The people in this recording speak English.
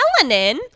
melanin